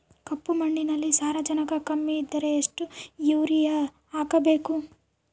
ಕಪ್ಪು ಮಣ್ಣಿನಲ್ಲಿ ಸಾರಜನಕ ಕಮ್ಮಿ ಇದ್ದರೆ ಎಷ್ಟು ಯೂರಿಯಾ ಹಾಕಬೇಕು?